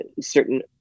certain